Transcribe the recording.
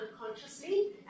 unconsciously